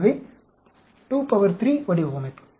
எனவே 23 வடிவமைப்பு